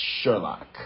Sherlock